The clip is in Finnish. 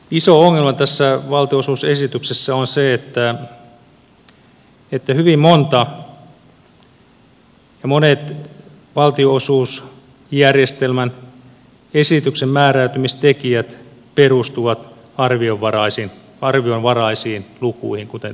iso ongelma tässä valtionosuusesityksessä on se että hyvin monet valtionosuusjärjestelmän määräytymistekijät perustuvat esityksessä arvionvaraisiin lukuihin kuten tässä on todettu